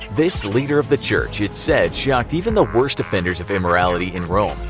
this leader of the church it's said shocked even the worst offenders of immorality in rome,